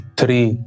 three